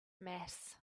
mass